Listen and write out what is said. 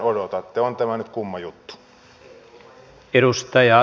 on tämä nyt kumma juttu